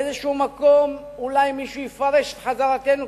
באיזה מקום אולי מישהו יפרש את חזרתנו,